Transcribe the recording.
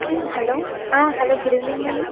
hello hello good evening అండి